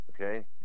Okay